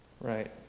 Right